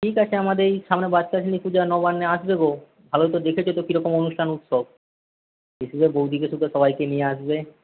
ঠিক আছে আমাদের এই সামনে পূজা নবান্নে আসবে গো ভালো তো দেখেছো তো কীরকম অনুষ্ঠান উৎসব বউদিকে সুদ্ধ সবাইকে নিয়ে আসবে